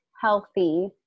healthy